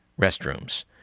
restrooms